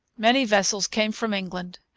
many vessels came from england,